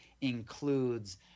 includes